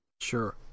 Sure